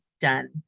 done